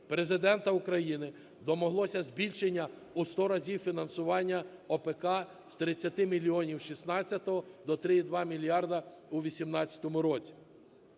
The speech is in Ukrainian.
Президента України домоглося збільшення у 100 разів фінансування АПК з 30 мільйонів 16-го до 3,2 мільярда у 18-му році.